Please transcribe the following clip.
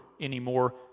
anymore